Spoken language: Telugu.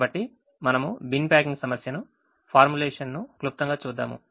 కాబట్టి మనము బిన్ ప్యాకింగ్ సమస్యను ఫార్ములేషన్ ను క్లుప్తంగా చూద్దాము